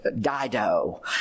dido